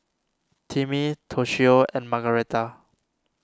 Timmy Toshio and Margaretha